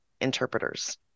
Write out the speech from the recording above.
interpreters